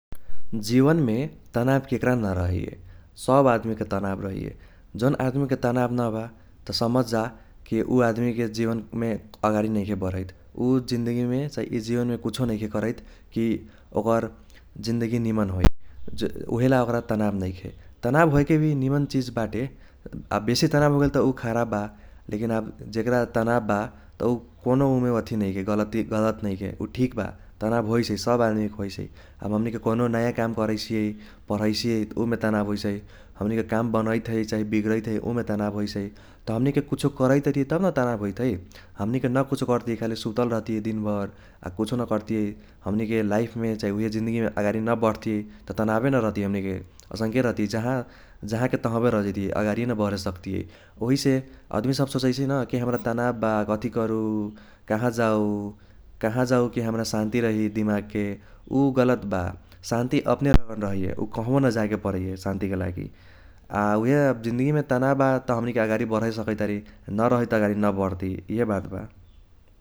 जीवनमे तनाव केक्रा न रहैये, सब आदमिके तनाव रहैये । जौन आदमिके तनाव न बा त समझजा कि उ आदमिके जीवनमे अगारि नैखे बर्हैत । उ जिन्दगीमे चाही इ जीवनमे कुछो नैखे करैत कि ओकर जिन्दगी निमन होइ। उइहेला ओक्रा तनाव नैखे। तनाव होएले भी निमन चिज बाटे, आब बेसी तनाव होगेल त उ खराब बा लेकिन आब जेक्रा तनाव बा त कौनो उमे वथी नैखे गलती गलत नैखे उ ठीक बा तनाव होइसै सब आदमिके होइसै। आब हमनीके कौनो नाया काम करैसियै परहैसियै त उमे तनाव होइसै। हमनीके काम बनैत है चाही बीग्रैत है उमे तनाव होइसै । त हमनीके कुछो करैतारी तब न तनाव होइत है। हमनीके न कुछो कर्ति खाली सुतल रहति दिनभर आ कुछो न कर्ति हमनीके लाइफमे चाही उइहे जिन्दगीमे आगारि न बढतियै त तनावबे न रहती हमनीके असंके रहती । जाहा जाहाके तहबे रहजैतियै आगारिये न बर्हे सक्तियै ओहिसे अदमी सब सोचैसै न कि हम्रा तनाव बा कथी करू काहा जाऊ काहा जाऊ कि हम्रा सन्ति रही दिमागके उ गलत बा सन्ति अपने रहैये उ कहबो न जाएके परैये सन्तिके लागि । आ उइहे आब जिन्दगीमे तनाव बा त हमनीके आगारी बढे सकैतारी नरहैत त आगारी न बढ़्ति इहे बात बा ।